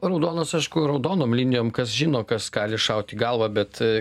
raudonos aišku raudonom linijom kas žino kas gali šauti į galvą bet